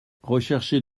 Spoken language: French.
rechercher